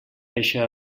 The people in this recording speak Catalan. eixa